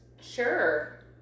Sure